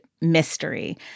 mystery